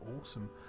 awesome